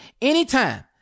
anytime